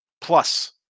plus